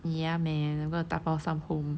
ya man I'm gonna 打包 some home